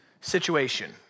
situation